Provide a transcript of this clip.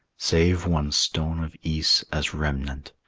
save one stone of ys, as remnant,